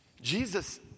Jesus